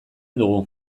dugu